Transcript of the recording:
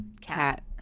Cat